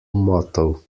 motto